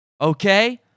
Okay